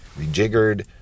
rejiggered